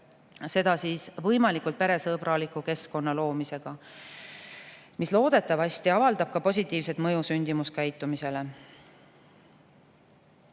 seda võimalikult peresõbraliku keskkonna loomisega, mis loodetavasti avaldab positiivset mõju sündimuskäitumisele.